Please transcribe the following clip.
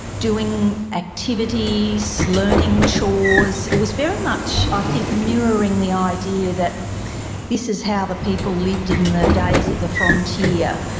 doing activities, learning chores. it was very much, i think, mirroring the idea that this is how the people lived in the days of the frontier.